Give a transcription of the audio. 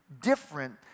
different